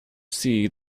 see